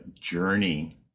journey